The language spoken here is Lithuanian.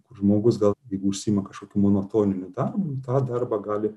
kur žmogus gal jeigu užsiima kažkokiu monotoniniu darbu tą darbą gali